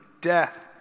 death